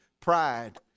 Pride